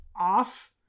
off